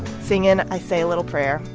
singing i say a little prayer.